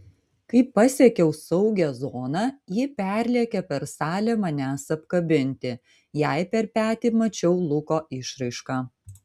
kai pasiekiau saugią zoną ji perlėkė per salę manęs apkabinti jai per petį mačiau luko išraišką